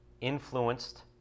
influenced